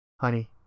honey